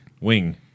wing